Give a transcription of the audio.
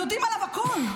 יודעים עליו הכול,